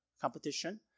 competition